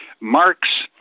Marx